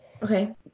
Okay